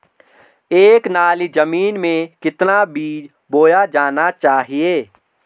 एक नाली जमीन में कितना बीज बोया जाना चाहिए?